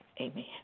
Amen